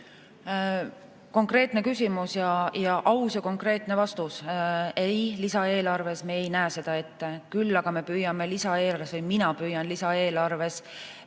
Konkreetne küsimus ning aus ja konkreetne vastus: ei, lisaeelarves me ei näe seda ette. Küll aga püüame lisaeelarves või mina püüan lisaeelarves